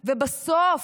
ובסוף,